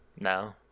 No